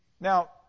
Now